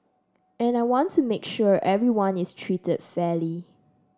and I want to make sure everyone is treated fairly